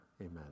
Amen